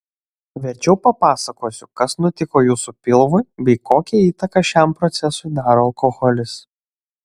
verčiau papasakosiu kas nutiko jūsų pilvui bei kokią įtaką šiam procesui daro alkoholis